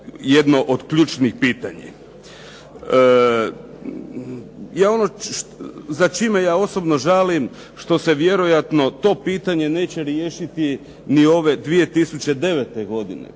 jedno od ključnih pitanja. Ono za čime ja osobno žalim što se vjerojatno to pitanje neće riješiti ni ove 2009. godine.